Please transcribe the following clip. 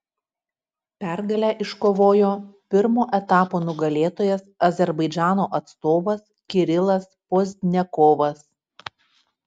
pergalę iškovojo pirmo etapo nugalėtojas azerbaidžano atstovas kirilas pozdniakovas